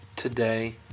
Today